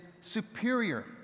superior